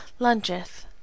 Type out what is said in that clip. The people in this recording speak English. lungeth